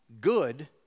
good